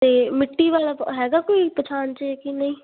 ਅਤੇ ਮਿੱਟੀ ਵਾਲਾ ਹੈਗਾ ਕੋਈ ਪਛਾਣ 'ਚ ਕਿ ਨਹੀਂ